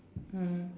mm